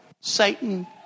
Satan